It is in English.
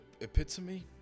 epitome